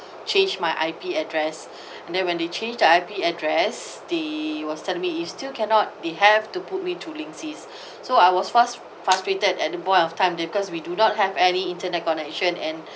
change my I_P address and then when they change the I_P address they was telling it still cannot they have to put me to linksys so I was fast frustrated at the point of time because we do not have any internet connection and